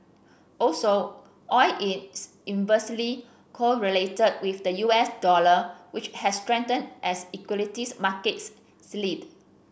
also oil is inversely correlated with the U S dollar which has strengthened as equities markets slid